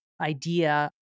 idea